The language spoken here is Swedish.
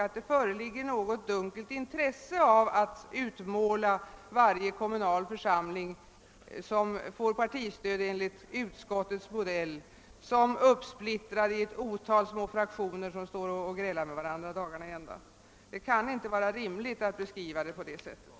Det måste föreligga något dunkelt intresse av att utmåla varje kommunal församling, som får partistöd enligt utskottets modell, som splittrad i ett otal små fraktioner som grälar på varandra dagarna i ända. Denna beskrivning kan inte vara rimlig.